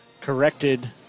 corrected